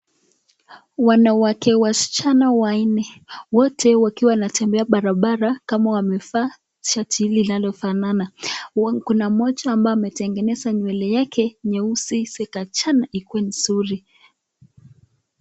Wanawake wasichana wanne wote wakiwa wanatembea barabara kama wamevaa shati linalofanana. Kuna mmoja ambaye ametengeneza nywele yake nyeusi zikachana ikue nzuri .